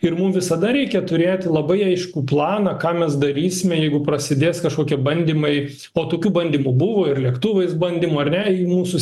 ir mum visada reikia turėti labai aiškų planą ką mes darysime jeigu prasidės kažkokie bandymai o tokių bandymų buvo ir lėktuvais bandymų ar ne į mūsų